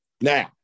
Now